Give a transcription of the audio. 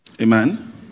Amen